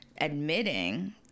admitting